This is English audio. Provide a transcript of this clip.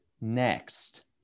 Next